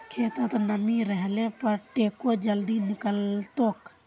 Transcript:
खेतत नमी रहले पर टेको जल्दी निकलतोक